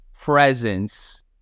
presence